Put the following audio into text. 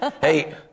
Hey